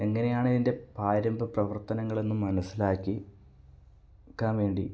എങ്ങനെയാണിതിൻ്റെ പ്രാരംഭ പ്രവർത്തനങ്ങളെന്ന് മനസ്സിലാക്കിക്കാൻ വേണ്ടി